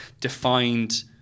defined